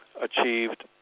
achieved